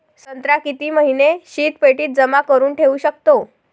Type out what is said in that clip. संत्रा किती महिने शीतपेटीत जमा करुन ठेऊ शकतो?